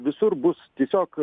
visur bus tiesiog